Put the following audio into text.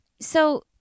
So-